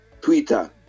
Twitter